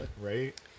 right